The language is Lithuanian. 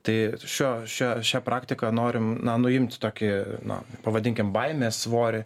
tai šio šio šia praktika norim na nuimti tokį na pavadinkim baimės svorį